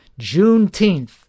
Juneteenth